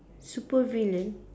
supervillain